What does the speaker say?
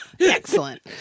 excellent